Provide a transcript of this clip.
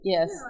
Yes